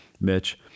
Mitch